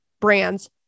brands